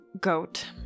goat